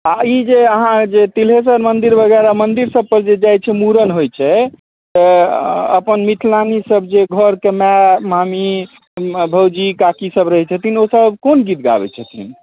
आओर ई जे अहाँजे तिलेश्वर मन्दिर वगैरह मन्दिर सबपर जाइ छै मुड़न जे होइ छै तऽ अपन मिथिलानी सब जे घरक माइ मामी भौजी काकी सब रहै छथिन ओ सभ कोन गीत गाबै छथिन